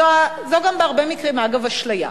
זו גם בהרבה מקרים, אגב, אשליה.